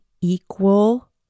equal